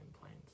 planes